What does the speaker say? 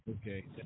Okay